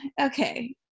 okay